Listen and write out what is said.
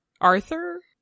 Arthur